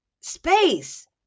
space